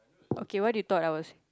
okay what did you thought I was